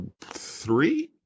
Three